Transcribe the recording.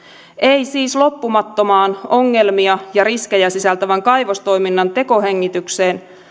ei siis loppumattomaan ongelmia ja riskejä sisältävän kaivostoiminnan tekohengitykseen